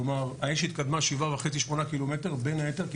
כלומר האש התקדמה 7.5-8 קילומטר בין היתר כי